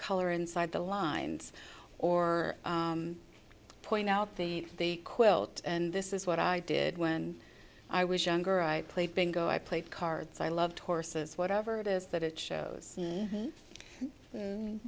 color inside the lines or point out the the quilt and this is what i did when i was younger i played bingo i played cards i loved horses whatever it is that it shows